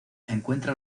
encuentra